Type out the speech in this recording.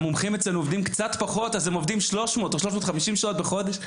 המומחים אצלנו עובדים קצת פחות והם עובדים 300 - 350 שעות בחודש.